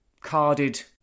carded